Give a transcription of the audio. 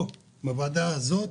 כאן, בוועדה הזאת